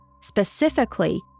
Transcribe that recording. specifically